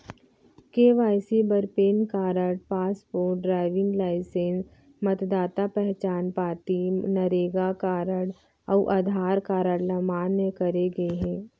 KYC बर PAN card, passport, driving licence, मतदाता पहचान पाती, नरेगा कारड अउ आधार कारड ल मान्य करे गे हे